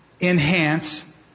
enhance